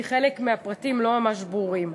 כי חלק מהפרטים לא ממש ברורים,